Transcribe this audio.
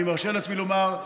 ואני מרשה לעצמי לומר,